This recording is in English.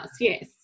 Yes